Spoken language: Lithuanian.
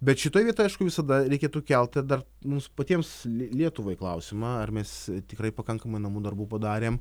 bet šitai aišku visada reikėtų kelti dar mums patiems lietuvai klausimą ar mes tikrai pakankamai namų darbų padarėm